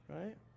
right